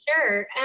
Sure